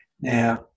now